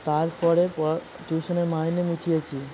তার পরে প টিউশনির মাইনে মিটিয়েছি